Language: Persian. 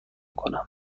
کنم